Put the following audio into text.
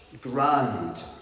grand